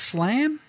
Slam